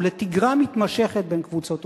ולתגרה מתמשכת בין קבוצות אוכלוסייה.